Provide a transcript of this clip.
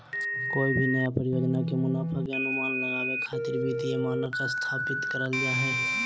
कोय भी नया परियोजना के मुनाफा के अनुमान लगावे खातिर वित्तीय मानक स्थापित करल जा हय